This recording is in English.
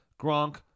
gronk